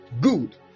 Good